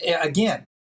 again